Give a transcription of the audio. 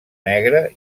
negre